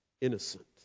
innocent